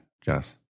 Jess